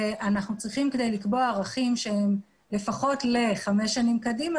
וכדי לקבוע ערכים שהם לפחות לחמש שנים קדימה,